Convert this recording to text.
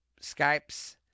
Skypes